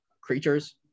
creatures